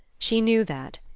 she knew that.